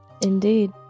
Indeed